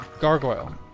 Gargoyle